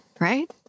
right